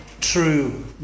true